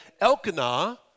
Elkanah